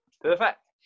Perfect